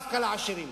ורק תות.